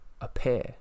appear